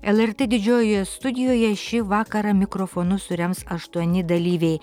lrt didžiojoje studijoje šį vakarą mikrofonus surems aštuoni dalyviai